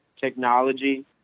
Technology